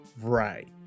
Right